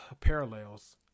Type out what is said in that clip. parallels